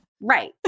Right